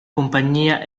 compagnia